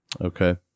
Okay